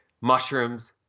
mushrooms